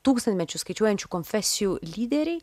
tūkstantmečius skaičiuojančių konfesijų lyderiai